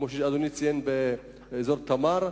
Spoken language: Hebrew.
כמו שאדוני ציין, באזור תמר,